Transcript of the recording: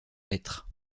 lettres